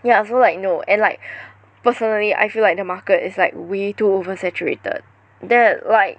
so like no and like personally I feel like the market is like way too over saturated that like